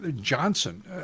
Johnson